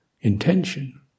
intention